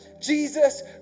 Jesus